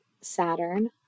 Saturn